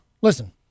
Listen